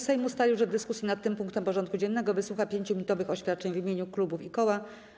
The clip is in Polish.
Sejm ustalił, że w dyskusji nad tym punktem porządku dziennego wysłucha 5-minutowych oświadczeń w imieniu klubów i koła.